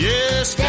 Yes